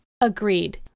Agreed